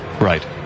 Right